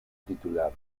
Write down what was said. titular